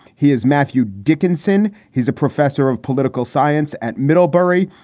he is matthew dickinson. he's a professor of political science at middlebury.